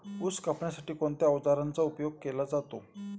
ऊस कापण्यासाठी कोणत्या अवजारांचा उपयोग केला जातो?